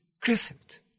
Crescent